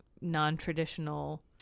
non-traditional